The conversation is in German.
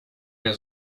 der